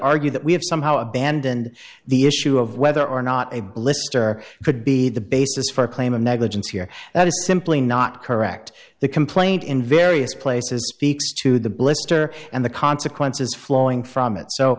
argue that we have somehow abandoned the issue of whether or not a blister could be the basis for a claim of negligence here that is simply not correct the complaint in various places speaks to the blister and the consequences flowing from it so